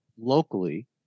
locally